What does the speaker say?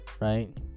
right